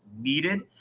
needed